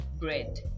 bread